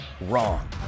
Wrong